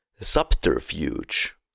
subterfuge